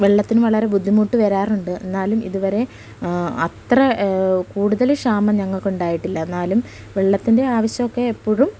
വെള്ളത്തിന് വളരെ ബുദ്ധിമുട്ട് വരാറുണ്ട് എന്നാലും ഇതുവരെ അത്ര കൂടുതൽ ക്ഷാമം ഞങ്ങൾക്കുണ്ടായിട്ടില്ല എന്നാലും വെള്ളത്തിൻ്റെ ആവശ്യമൊക്കെ എപ്പോഴും